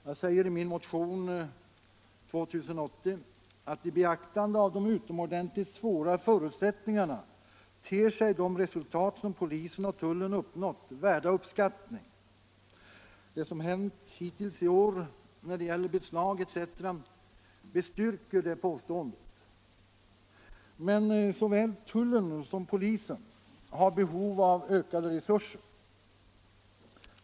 Jag säger i min motion 2080 att i beaktande av de utomordentligt svåra förutsättningarna ter sig de resultat som polisen och tullen uppnått värda uppskattning. Det som hänt hittills i år när det gäller beslag etc. bestyrker det påståendet. Men såväl tullen som polisen har behov av ökade resurser.